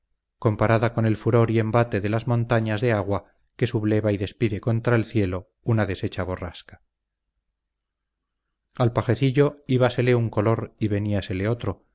comparada con el furor y embate de las montañas de agua que subleva y despide contra el cielo una deshecha borrasca al pajecillo íbasele un color y veníasele otro